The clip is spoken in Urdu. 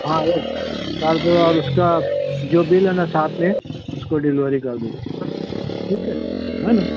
ہاں ایک کر دو اور اس کا جو بل ہے نا ساتھ میں اس کو ڈیلوری کر دو ٹھیک ہے ہے نا